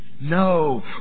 No